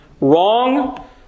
wrong